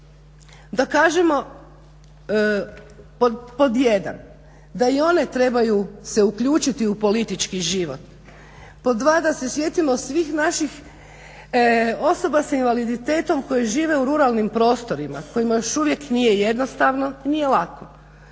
da kažemo pod 1 da i one trebaju se uključiti u politički život, pod 2 da se sjetimo svih naših osoba s invaliditetom koji žive u ruralnim prostorima, kojima još uvijek nije jednostavno, nije lako.